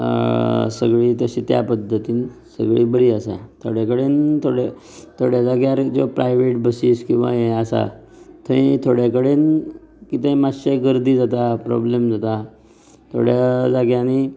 सगळी तशी त्या पद्दतीन सगळी बरी आसा थोडे कडेन थोडे जाग्यार जे प्रायवेट बसीस किंवां हे आसा थंय थोडे कडेन कितें मातशीं गर्दी जाता प्रॉब्लेम जाता थोड्या जाग्यानीं